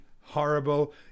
horrible